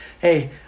hey